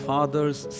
Father's